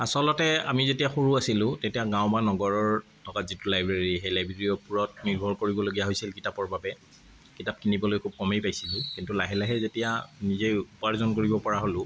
আচলতে আমি যেতিয়া সৰু আছিলোঁ তেতিয়া গাওঁ বা নগৰৰ থকা যিটো লাইব্ৰেৰী সেই লাইব্ৰেৰীৰ ওপৰত নিৰ্ভৰ কৰিবলগীয়া হৈছিল কিতাপৰ বাবে কিতাপ কিনিবলৈ খুব কমেই পাইছিলোঁ কিন্তু লাহে লাহে যেতিয়া নিজেই উপাৰ্জন কৰিব পৰা হলোঁ